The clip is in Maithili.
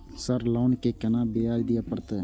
सर लोन के केना ब्याज दीये परतें?